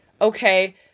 okay